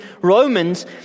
Romans